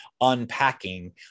unpacking